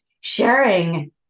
sharing